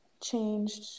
changed